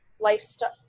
lifestyle